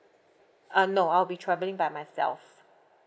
uh no I'll be travelling by myself